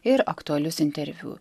ir aktualius interviu